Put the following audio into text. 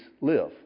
live